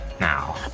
now